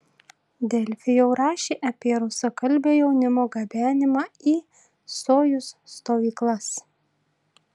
delfi jau rašė apie rusakalbio jaunimo gabenimą į sojuz stovyklas